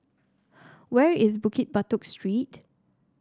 where is Bukit Batok Street